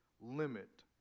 limit